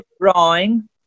drawing